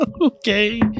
Okay